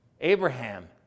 Abraham